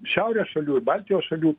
šiaurės šalių baltijos šalių